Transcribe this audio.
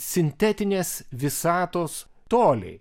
sintetinės visatos toliai